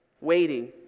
waiting